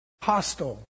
hostile